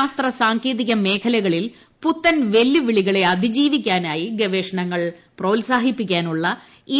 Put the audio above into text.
ശാസ്ത്ര സാങ്കേതിക മേഖലകളിൽ പുത്തൻവെല്ലുവിളികളെ അതിജീവിക്കാനായി ഗവേഷണങ്ങൾ പ്രോത്സാഹിപ്പിക്കാനുള്ള